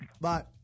Bye